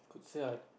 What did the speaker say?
say I